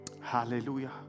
hallelujah